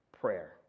prayer